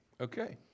Okay